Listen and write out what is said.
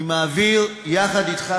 אני מעביר יחד אתך,